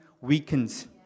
weakens